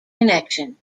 connection